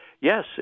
Yes